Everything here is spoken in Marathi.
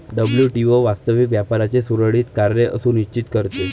डब्ल्यू.टी.ओ वास्तविक व्यापाराचे सुरळीत कार्य सुनिश्चित करते